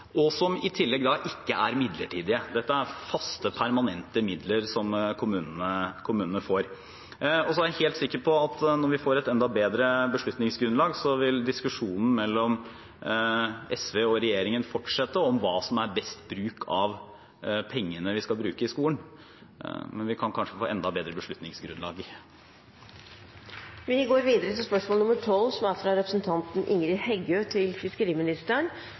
og som i tillegg ikke er midlertidige. Dette er faste, permanente midler, som kommunene får. Så er jeg helt sikker på at når vi får et enda bedre beslutningsgrunnlag, vil diskusjonen mellom SV og regjeringen fortsette om hva som er best bruk av pengene vi skal bruke i skolen. Men vi kan kanskje få enda bedre beslutningsgrunnlag. Spørsmål 12, fra representanten Ingrid Heggø til fiskeriministeren, vil bli besvart av olje- og energiministeren på vegne av fiskeriministeren,